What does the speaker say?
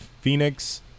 Phoenix